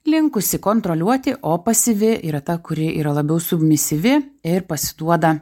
linkusi kontroliuoti o pasyvi yra ta kuri yra labiau submisyvi ir pasiduoda